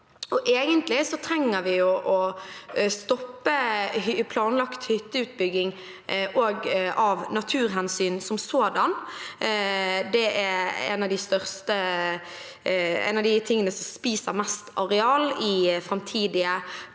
vi også å stoppe planlagt hytteutbygging av naturhensyn som sådan. Det er noe av det som spiser mest areal i framtidige